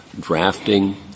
drafting